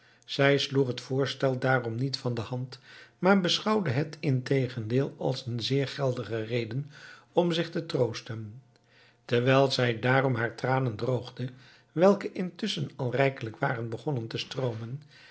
zij sloeg het voorstel daarom niet van de hand maar beschouwde het integendeel als een zeer geldige reden om zich te troosten terwijl zij daarom haar tranen droogde welke intusschen al rijkelijk waren begonnen te stroomen